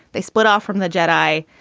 they split off from the jedi.